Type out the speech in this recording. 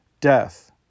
Death